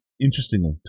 interestingly